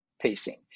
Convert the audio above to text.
pacing